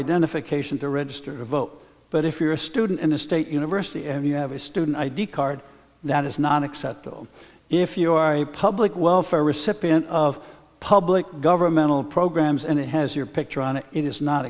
identification to register to vote but if you're a student in a state university and you have a student id card that is not acceptable if you are a public welfare recipient of public governmental programs and it has your picture on it it is not